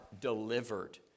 delivered